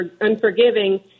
unforgiving